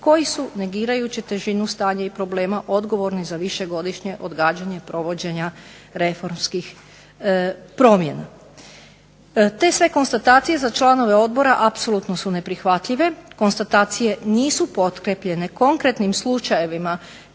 koji su negirajuće težinu, stanje problema odgovorni za višegodišnje odgađanje provođenja reformskih promjena. Te sve konstatacije za članove odbora apsolutno su neprihvatljive, konstatacije nisu pokrepljene konkretnim slučajevima